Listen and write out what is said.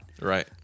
right